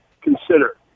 consider